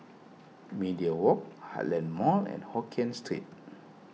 Media Walk Heartland Mall and Hokkien Street